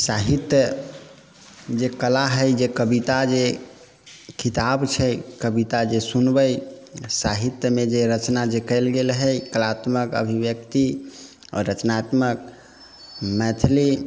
साहित्य जे कला है जे कविता जे किताब छै कविता जे सुनबै साहित्यमे जे रचना जे कयल गेल है कलात्मक अभिव्यक्ति आओर रचनात्मक मैथिली